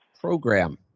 program